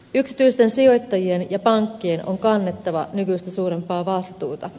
yksityisten sijoittajien ja pankkien on kannettava nykyistä suurempaa vastuuta